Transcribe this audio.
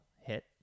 hit